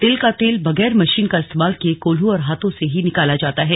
तिलों का तेल बगैर मशीन का इस्तेमाल किए कोल्हू और हाथों से ही निकाला जाता है